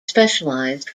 specialized